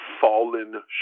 fallen